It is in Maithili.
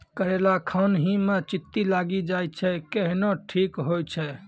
करेला खान ही मे चित्ती लागी जाए छै केहनो ठीक हो छ?